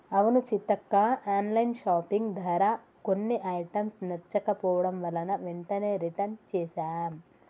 అవును Seethakka online shopping ధర కొన్ని ఐటమ్స్ నచ్చకపోవడం వలన వెంటనే రిటన్ చేసాం